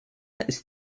ist